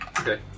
Okay